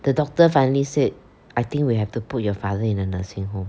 the doctor finally said I think we have to put your father in a nursing home